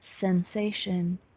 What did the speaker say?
sensation